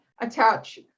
attach